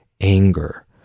anger